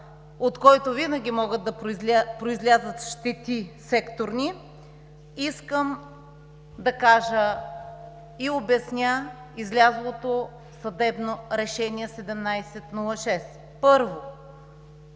от който винаги могат да произлязат секторни щети, искам да кажа и обясня излязлото съдебно решение № 1706. Първо,